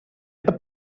это